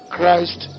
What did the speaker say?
Christ